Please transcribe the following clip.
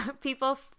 People